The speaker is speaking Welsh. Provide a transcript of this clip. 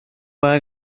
mae